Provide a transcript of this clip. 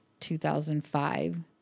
2005